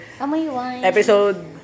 episode